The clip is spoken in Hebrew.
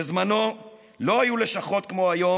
בזמנו לא היו לשכות כמו היום,